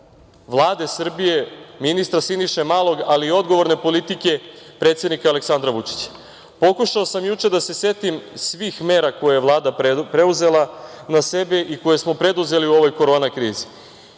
Vlade Srbije, ministra Siniše Malog, ali i odgovorne politike predsednika Aleksandra Vučića. Pokušao sam juče da se setim svih mera koje je Vlada preuzela na sebe i koje smo preduzeli u ovoj korona krizi.